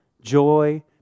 joy